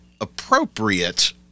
appropriate